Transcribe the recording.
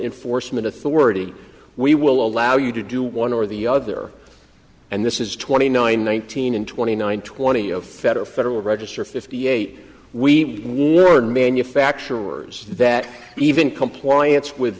enforcement authority we will allow you to do one or the other and this is twenty nine one thousand and twenty nine twenty of federal federal register fifty eight we were in manufacturers that even compliance with